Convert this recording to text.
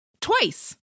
Twice